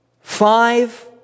five